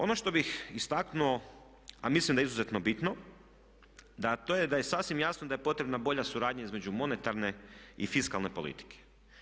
Ono što bih istaknuo, a mislim da je izuzetno bitno, to je da je sasvim jasno da je potrebna bolja suradnja između monetarne i fiskalne politike.